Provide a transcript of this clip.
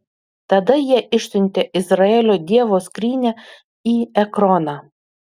tada jie išsiuntė izraelio dievo skrynią į ekroną